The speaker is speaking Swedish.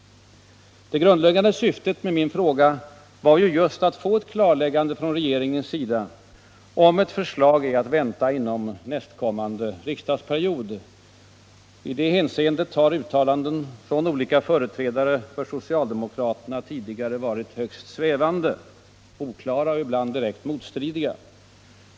Det grundläggande syftet med min fråga var ju just att få ett klarläggande från regeringen, om ett förslag är att vänta under nästkommande riksdagsperiod. I det hänseendet har uttalanden från olika företrädare för socialdemokraterna tidigare varit högst svävande, oklara och ibland direkt motstridiga.